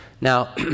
Now